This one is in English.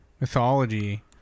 mythology